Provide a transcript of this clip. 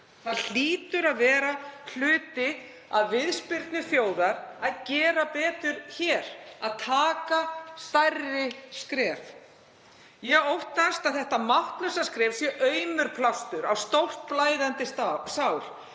Það hlýtur að vera hluti af viðspyrnu þjóðar að gera betur hér og taka stærri skref. Ég óttast að þetta máttlausa skref sé aumur plástur á stórt, blæðandi sár